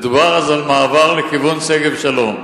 דובר אז על מעבר לכיוון שגב-שלום.